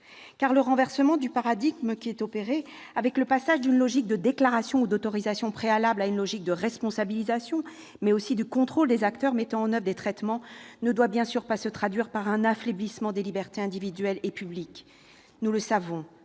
Car le renversement de paradigme qui est opéré, avec le passage d'une logique de déclaration ou d'autorisation préalable à une logique de responsabilisation, mais aussi de contrôle des acteurs mettant en oeuvre des traitements, ne doit bien sûr pas se traduire par un affaiblissement des libertés individuelles et publiques. Le Sénat,